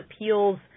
appeals